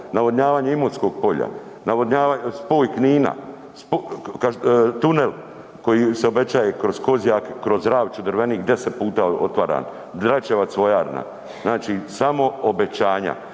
navodnjavanje Imotskog polja, spoj Knina, tunel koji se obećaje kroz Kozjak, kroz Ravče-Drvenik 10 puta otvaran, Dračevac vojarna, znači samo obećanja.